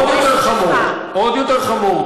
עוד יותר חמור, עוד יותר חמור.